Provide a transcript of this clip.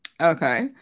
Okay